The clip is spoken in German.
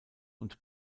und